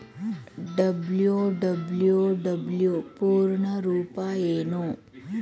WWW ಪೂರ್ಣ ರೂಪ ಏನು?